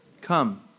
Come